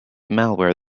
malware